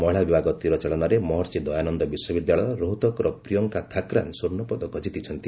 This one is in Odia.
ମହିଳା ବିଭାଗ ତୀରଚାଳନାରେ ମହର୍ଷୀ ଦୟାନନ୍ଦ ବିଶ୍ୱବିଦ୍ୟାଳୟ ରୋହତକ୍ର ପ୍ରିୟଙ୍କା ଥାକରାନ ସ୍ୱର୍ଣ୍ଣ ପଦକ ଜିତିଛନ୍ତି